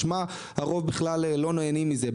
משמע הרוב בכלל לא נהנים מזה.